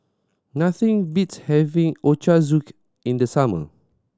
nothing beats having Ochazuke in the summer